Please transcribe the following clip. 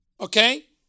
Okay